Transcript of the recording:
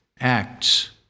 Acts